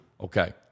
Okay